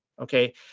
Okay